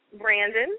Brandon